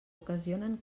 ocasionen